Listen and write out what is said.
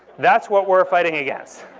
that's what we're fighting against.